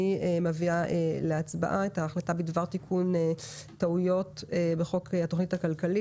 אני מעלה להצבעה את הצעת החלטה בדבר תיקון טעויות בחוק התכנית הכלכלית